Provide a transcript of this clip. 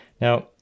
Now